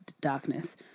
darkness